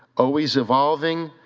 always evolving,